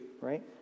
right